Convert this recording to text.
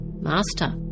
Master